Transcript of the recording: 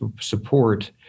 support